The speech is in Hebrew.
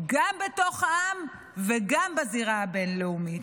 גם בתוך העם וגם בזירה הבין-לאומית?